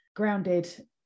grounded